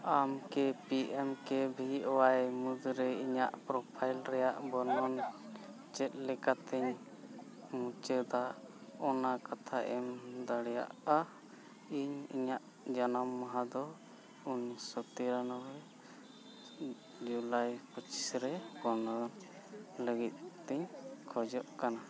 ᱟᱢᱠᱤ P M ᱠᱮ ᱵᱷᱤ ᱚᱣᱟᱭ ᱢᱩᱫᱽᱨᱮ ᱤᱧᱟᱹᱜ ᱯᱨᱳᱯᱷᱟᱭᱤᱞ ᱨᱮᱱᱟᱜ ᱵᱚᱨᱱᱚᱱ ᱪᱮᱫ ᱞᱮᱠᱟᱛᱮ ᱢᱩᱪᱟᱹᱫᱚᱜᱼᱟ ᱚᱱᱟ ᱠᱟᱛᱷᱟ ᱟᱢᱮᱢ ᱫᱟᱲᱮᱭᱟᱜᱼᱟ ᱤᱧ ᱤᱧᱟᱹᱜ ᱡᱟᱱᱟᱢ ᱢᱟᱦᱟ ᱫᱚ ᱩᱱᱤᱥᱥᱚ ᱛᱤᱨᱟᱱᱚᱵᱽᱵᱳᱭ ᱡᱩᱞᱟᱭ ᱯᱚᱸᱪᱤᱥ ᱨᱮ ᱵᱚᱱᱚᱫᱚᱞ ᱞᱟᱹᱜᱤᱫ ᱤᱧ ᱠᱷᱚᱡᱚᱜ ᱠᱟᱱᱟ